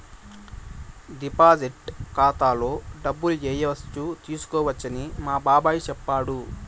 deposit ఖాతాలో డబ్బులు ఏయచ్చు తీసుకోవచ్చని మా బాబాయ్ చెప్పాడు